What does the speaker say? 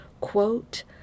Quote